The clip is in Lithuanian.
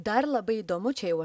dar labai įdomu čia jau